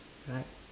right